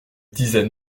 disait